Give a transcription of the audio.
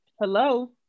Hello